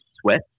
sweat